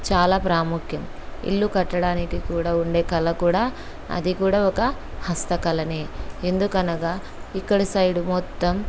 చాలా ప్రాముఖ్యం ఇల్లు కట్టడానికి కూడా ఉండే కళ కూడా అది కూడా ఒక హస్తకళనే ఎందుకనగా ఇక్కడ సైడు మొత్తం